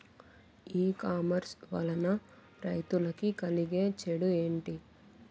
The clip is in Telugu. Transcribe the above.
ఈ కామర్స్ వలన రైతులకి కలిగే చెడు ఎంటి?